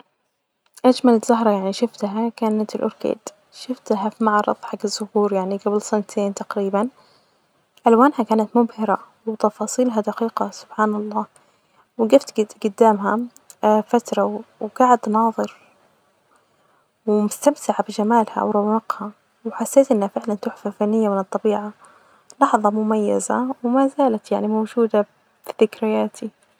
أجمل زهرة يعني شفتها كانت الأوركيد ،شفتها في معرض حج الزهور يعني جبل سنتين تقريبا. ألوانها كانت مبهرة وتفاصيلها دقيقة سبحان الله، وجفت جدامها فترة وجعت ناظر وأستمتع بجمالها ورونقها ،وحسيت إنها فعلا تحفة فنية من الطبيعة.لحظة مميزة ومازالت يعني موجودة ف-في ذكرياتي.